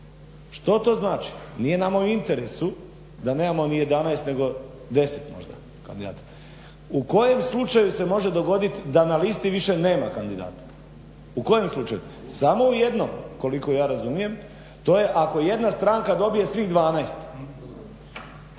Što to znači? Nije nama u interesu da nemamo ni 11, nego 10 možda kandidata. U kojem slučaju se može dogodit da na listi više nema kandidata? U kojem slučaju? Samo u jednom, koliko ja razumijem. To je ako jedna stranka dobije svih 12.